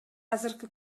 азыркы